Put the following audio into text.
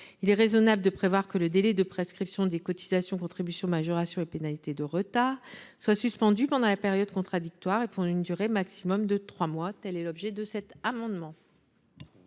Il serait sensé de prévoir que le délai de prescription des cotisations, contributions, majorations et pénalités de retard soit suspendu pendant la période contradictoire et pour une durée maximum de trois mois. Quel est l’avis de la commission